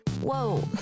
Whoa